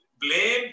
blame